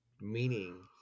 meaning